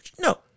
No